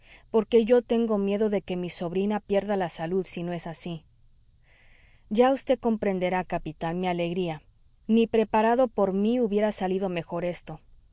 porque yo tengo miedo de que mi sobrina pierda la salud si no es así ya vd comprenderá capitán mi alegría ni preparado por mí hubiera salido mejor esto